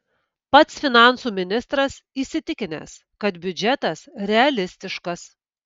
pats finansų ministras įsitikinęs kad biudžetas realistiškas